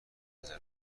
نظر